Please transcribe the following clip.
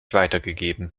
weitergegeben